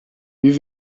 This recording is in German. wie